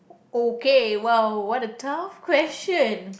okay well what a tough question